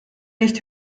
nicht